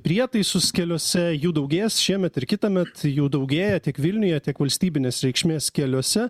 prietaisus keliuose jų daugės šiemet ir kitąmet jų daugėja tiek vilniuje tiek valstybinės reikšmės keliuose